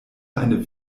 eine